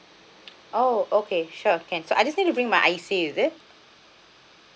oh okay sure can so I just need to bring my I_C is it